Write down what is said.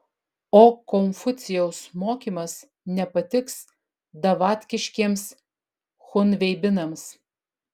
o konfucijaus mokymas nepatiks davatkiškiems chunveibinams